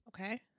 Okay